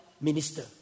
minister